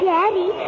Daddy